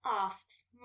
Asks